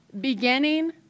beginning